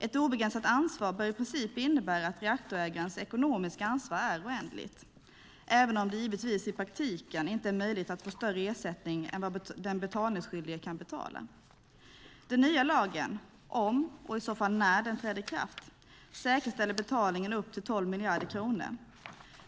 Ett obegränsat ansvar bör i princip innebära att reaktorägarens ekonomiska ansvar är oändligt, även om det givetvis i praktiken inte är möjligt att få större ersättning än vad den betalningsskyldige kan betala. Den nya lagen säkerställer - om och i så fall när den träder i kraft - betalning upp till 12 miljarder kronor.